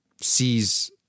sees